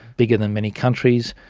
bigger than many countries.